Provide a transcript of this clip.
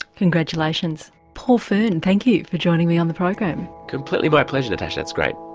congratulations. paul fearne thank you for joining me on the program. completely my pleasure natasha, that's great.